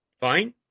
fine